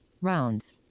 Rounds